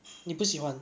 你不喜欢